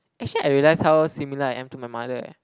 actually I realize how similar I am to my mother eh